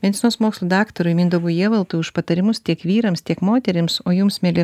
medicinos mokslų daktarui mindaugu jievaltu už patarimus tiek vyrams tiek moterims o jums mieli